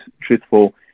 truthful